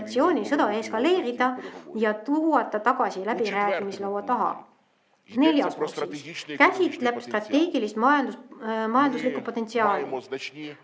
sõda eskaleerida ja tuua ta tagasi läbirääkimislaua taha. Neljas punkt käsitleb strateegilist majanduslikku potentsiaali.